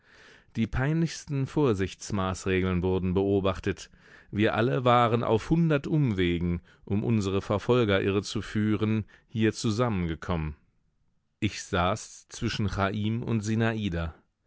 die peinlichsten vorsichtsmaßregeln wurden beobachtet wir alle waren auf hundert umwegen um unsere verfolger irrezuführen hier zusammengekommen ich saß zwischen chaim und